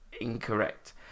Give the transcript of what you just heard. Incorrect